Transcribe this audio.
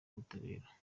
ubutabera